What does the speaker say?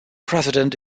president